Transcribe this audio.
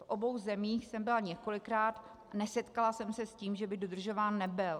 V obou zemích jsem byla několikrát, nesetkala jsem se s tím, že by dodržován nebyl.